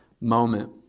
moment